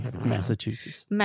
Massachusetts